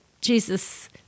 Jesus